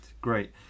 Great